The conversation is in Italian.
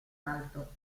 alto